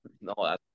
No